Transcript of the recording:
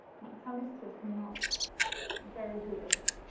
my tongue is just not very good at it.